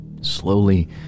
Slowly